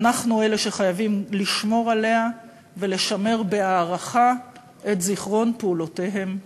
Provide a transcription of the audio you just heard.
ואנחנו אלה שחייבים לשמור עליה ולשמר בהערכה את זיכרון פעולותיהם שלהם.